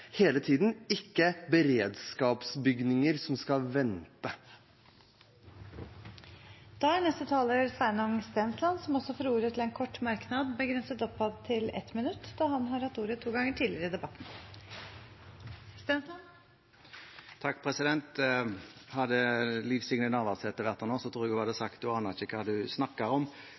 hele tiden – ikke beredskapsbygninger. Representanten Sveinung Stensland har hatt ordet to ganger tidligere og får ordet til en kort merknad, begrenset til 1 minutt. Hadde Liv Signe Navarsete vært her nå, tror jeg hun hadde sagt: Du aner ikke hva du snakker om.